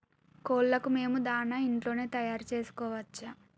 కోళ్లకు మేము దాణా ఇంట్లోనే తయారు చేసుకోవచ్చా?